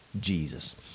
Jesus